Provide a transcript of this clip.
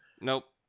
Nope